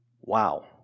Wow